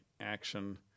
action